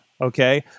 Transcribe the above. okay